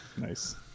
Nice